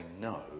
no